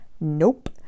Nope